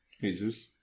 Jesus